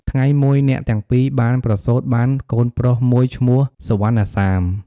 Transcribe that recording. ថ្ងៃមួយ អ្នកទាំងពីរបានប្រសូតបានកូនប្រុសមួយឈ្មោះ សុវណ្ណសាម។